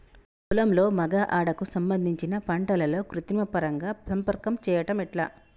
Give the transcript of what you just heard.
పొలంలో మగ ఆడ కు సంబంధించిన పంటలలో కృత్రిమ పరంగా సంపర్కం చెయ్యడం ఎట్ల?